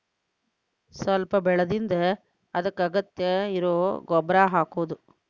ಸ್ವಲ್ಪ ಬೆಳದಿಂದ ಅದಕ್ಕ ಅಗತ್ಯ ಇರು ಗೊಬ್ಬರಾ ಹಾಕುದು